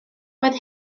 roedd